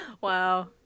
wow